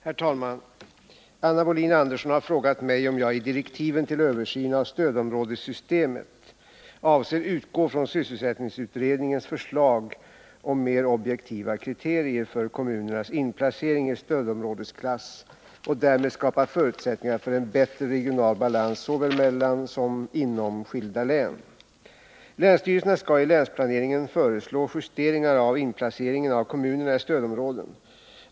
Herr talman! Anna Wohlin-Andersson har frågat mig om jag i direktiven till översyn av stödområdessystemet avser utgå från sysselsättningsutredningens förslag om mera objektiva kriterier för kommunernas inplacering i stödområdesklass och därmed skapa förutsättningar för en bättre regional balans såväl mellan som inom skilda län. Länsstyrelserna skall i länsplaneringen föreslå justeringar av inplaceringen av kommunerna i stödområden.